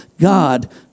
God